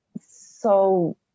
So-